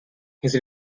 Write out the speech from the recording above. his